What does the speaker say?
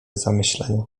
zamyślenia